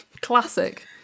Classic